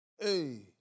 Hey